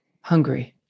hungry